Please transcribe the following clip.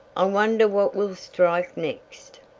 i wonder what we'll strike next.